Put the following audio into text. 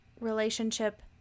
relationship